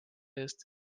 eest